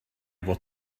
fod